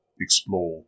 explore